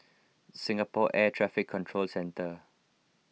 Singapore Air Traffic Control Centre